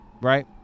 Right